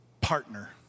partner